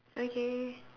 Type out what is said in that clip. okay